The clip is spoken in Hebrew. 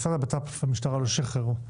משרד הבט"פ, המשטרה לא שחררו.